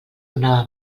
donava